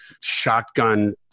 shotgun